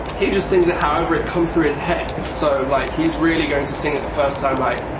he just sings it however it comes through his head. so like he's really going to sing it the first time like.